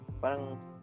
parang